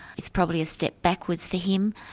it's probably a step backwards for him,